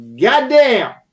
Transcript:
Goddamn